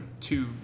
two